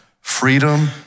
freedom